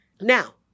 Now